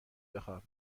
بخواب